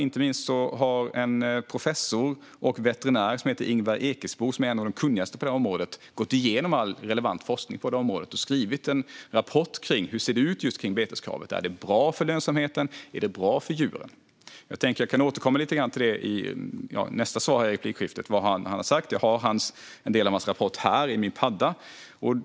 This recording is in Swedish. Inte minst har en professor och veterinär som heter Ingvar Ekesbo, som är en av de kunnigaste på området, gått igenom all relevant forskning på området och skrivit en rapport om hur det ser ut med beteskravet: Är det bra för lönsamheten? Är det bra för djuren? Jag kan återkomma till vad han har sagt i nästa replik. Jag har en del av hans rapport i min padda.